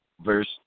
verse